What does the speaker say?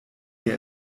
der